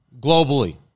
globally